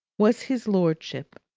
was his lordship,